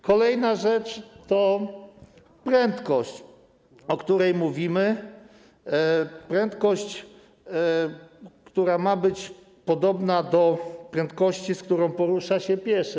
Kolejna rzecz to prędkość, o której mówimy, prędkość, która ma być podobna do prędkości, z którą porusza się pieszy.